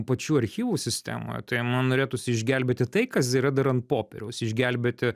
pačių archyvų sistemoje tai man norėtųsi išgelbėti tai kas yra dar ant popieriaus išgelbėti